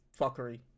fuckery